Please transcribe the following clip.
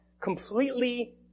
completely